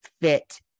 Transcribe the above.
fit